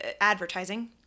advertising